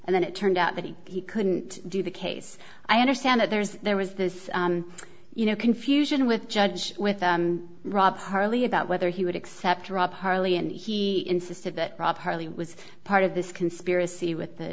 and then it turned out that he couldn't do the case i understand that there's there was this you know confusion with judge with rob harley about whether he would accept rob harley and he insisted that properly was part of this conspiracy with the